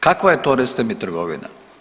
Kakva je to recite mi trgovina?